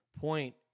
point